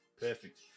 Perfect